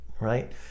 right